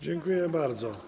Dziękuję bardzo.